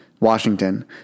Washington